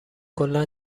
کلا